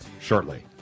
shortly